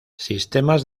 sistemas